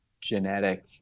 genetic